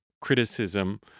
criticism